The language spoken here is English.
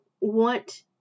want